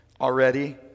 already